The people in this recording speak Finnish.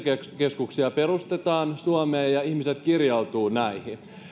keskuksia perustetaan suomeen ja ja ihmiset kirjautuvat näihin